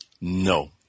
no